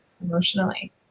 emotionally